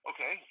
Okay